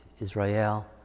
Israel